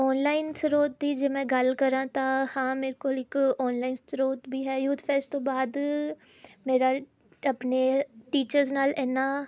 online ਸਰੋਤ ਦੀ ਜੇ ਮੈਂ ਗੱਲ ਕਰਾਂ ਤਾਂ ਹਾਂ ਮੇਰੇ ਕੋਲ ਇੱਕ ਔਨਲਾਈਨ ਸਰੋਤ ਵੀ ਹੈ ਯੂਥ ਫੈਸਟ ਤੋਂ ਬਾਅਦ ਮੇਰਾ ਆਪਣੇ ਟੀਚਰਸ ਨਾਲ ਇੰਨਾ